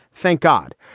thank god.